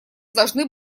должны